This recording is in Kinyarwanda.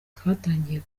twatangiye